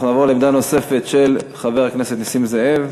נעבור לעמדה נוספת, של חבר הכנסת נסים זאב.